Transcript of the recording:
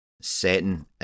setting